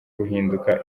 guhinduka